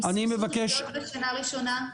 עם --- ריביות בשנה הראשונה.